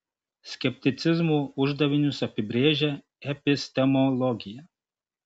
skepticizmo uždavinius apibrėžia epistemologija